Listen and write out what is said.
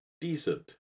decent